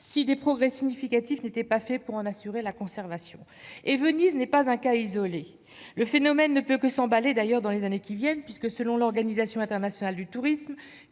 si des progrès significatifs n'étaient pas faits pour en assurer la conservation. Et Venise n'est pas un cas isolé. Le phénomène ne peut que s'emballer dans les années qui viennent. Selon l'Organisation internationale du tourisme,